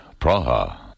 Praha